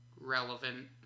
relevant